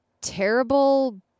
terrible